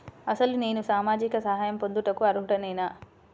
అసలు నేను సామాజిక సహాయం పొందుటకు అర్హుడనేన?